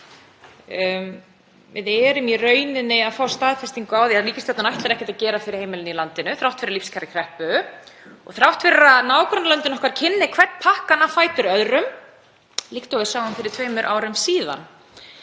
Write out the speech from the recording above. Við erum í rauninni að fá staðfestingu á því að ríkisstjórnin ætlar ekkert að gera fyrir heimilin í landinu þrátt fyrir lífskjarakreppu og þrátt fyrir að nágrannalöndin okkar kynni hvern pakkann á fætur öðrum, líkt og við sáum fyrir tveimur árum.